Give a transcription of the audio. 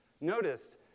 Notice